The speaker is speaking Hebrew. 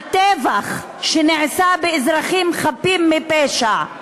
על טבח שנעשה באזרחים חפים מפשע,